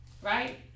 right